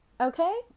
Okay